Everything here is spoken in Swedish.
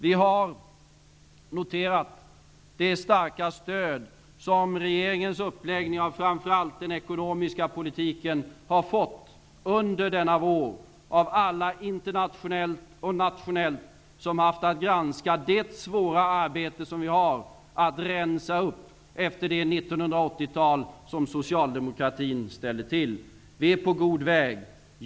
Vi har noterat det starka stöd som regeringens uppläggning av framför allt den ekonomiska politiken har fått under denna vår av alla, internationellt och nationellt, som haft att granska det svåra arbete som vi har att rensa upp efter det 1980-tal som Socialdemokratin ställde till. Vi är på god väg.